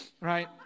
right